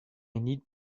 need